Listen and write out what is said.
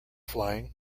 flying